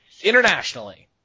internationally